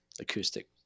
acoustic